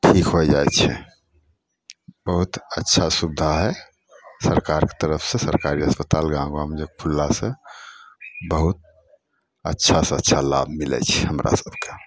ठीक होइ जाइ छै बहुत अच्छा सुविधा है सरकारके तरफसँ सरकारी अस्पताल गाँव गाँवमे जे खुल्ला छै बहुत अच्छासँ अच्छा लाभ मिलय छै हमरा सबके